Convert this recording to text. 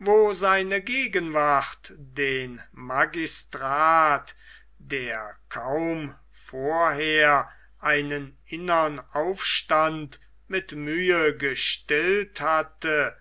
wo seine gegenwart den magistrat der kaum vorher einen innern aufstand mit mühe gestillt hatte